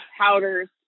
powders